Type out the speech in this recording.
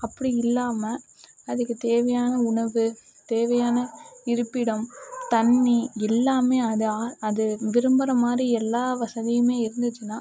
அப்படி இல்லாமல் அதுக்கு தேவையான உணவு தேவையான இருப்பிடம் தண்ணி எல்லாமே அது ஆ அது விரும்புகிற மாதிரி எல்லா வசதியுமே இருந்துச்சுன்னா